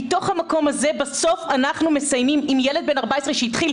מתוך המקום הזה בסוף אנחנו מסיימים עם ילד בן 14 שהתחיל